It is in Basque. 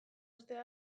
uztea